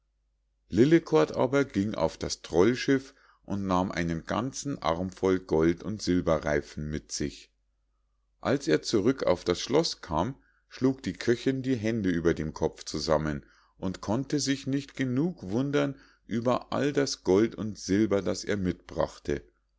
lillekort aber ging auf das trollschiff und nahm einen ganzen armvoll gold und silberreifen mit sich als er zurück auf das schloß kam schlug die köchinn die hände über dem kopf zusammen und konnte sich nicht genug wundern über all das gold und silber das er mitbrachte